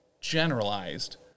generalized